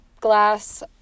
Glass